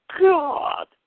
God